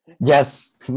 yes